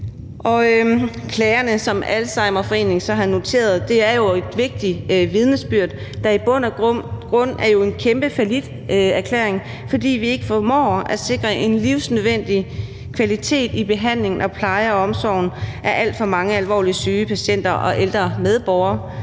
Klagerne, som Alzheimerforeningen så har noteret, er et vigtigt vidnesbyrd, der i bund og grund er en kæmpe falliterklæring, fordi vi ikke formår at sikre en livsnødvendig kvalitet i behandling og pleje og omsorg af alt for mange alvorligt syge patienter og ældre medborgere